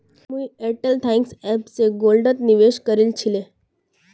मुई Airtel thanks app स गोल्डत निवेश करील छिले